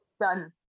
Done